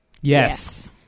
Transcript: Yes